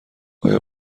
آیا